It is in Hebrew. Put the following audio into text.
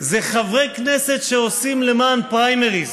זה שחברי כנסת עושים למען פריימריז.